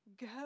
go